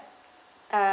uh